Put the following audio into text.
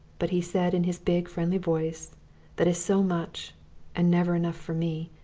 but he said in his big friendly voice that is so much and never enough for me